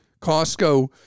Costco